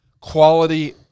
quality